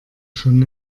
schon